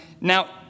now